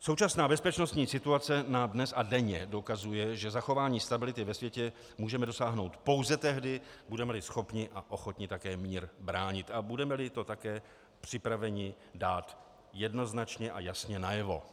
Současná bezpečnostní situace nám dnes a denně dokazuje, že zachování stability ve světě můžeme dosáhnout pouze tehdy, budemeli schopni a ochotni také mír bránit a budemeli to také připraveni dát jednoznačně a jasně najevo.